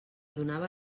donava